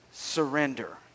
Surrender